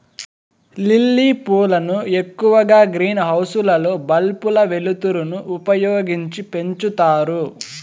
lily పూలను ఎక్కువగా green house లలో బల్బుల వెలుతురును ఉపయోగించి పెంచుతారు